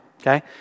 okay